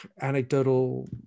anecdotal